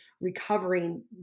recovering